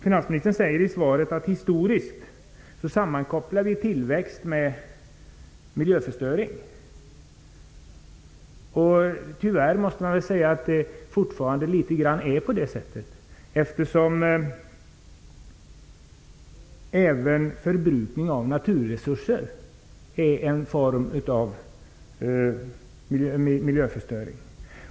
Finansministern säger i svaret att vi historiskt sammankopplar tillväxt med miljöförstöring. Tyvärr måste man nog säga att det fortfarande är litet grand på det sättet. Förbrukning av naturresurser är också en form av miljöförstöring.